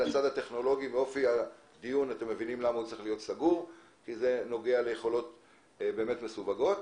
בדיון סגור שנוגע ליכולות מסווגות,